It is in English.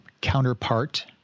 counterpart